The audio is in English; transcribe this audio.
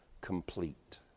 complete